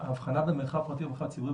ההבחנה בין מרחב פרטי למרחב ציבורי,